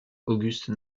auguste